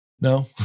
No